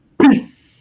Peace